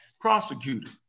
prosecutor